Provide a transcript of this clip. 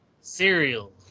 cereal